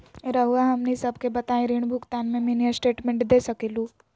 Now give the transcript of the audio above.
रहुआ हमनी सबके बताइं ऋण भुगतान में मिनी स्टेटमेंट दे सकेलू?